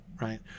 right